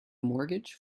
mortgage